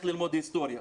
איך ללמוד היסטוריה.